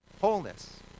wholeness